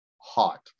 hot